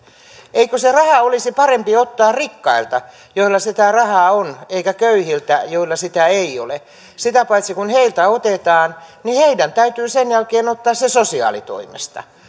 eikö se raha olisi parempi ottaa rikkailta joilla sitä rahaa on eikä köyhiltä joilla sitä ei ole sitä paitsi kun heiltä otetaan niin heidän täytyy sen jälkeen ottaa se sosiaalitoimesta